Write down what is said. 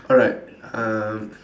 alright uh